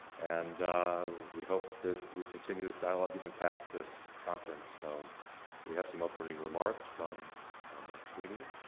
and we hope that we continue this dialogue even past this conference, so we have some opening remarks from mark sweeney.